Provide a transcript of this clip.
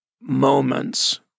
moments